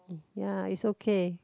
ya it's okay